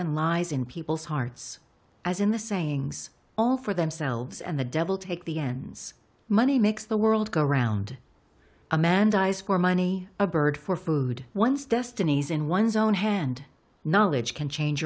lies in people's hearts as in the sayings all for themselves and the devil take the ends money makes the world go round a man dies for money a bird for food once destinies in one's own hand knowledge can change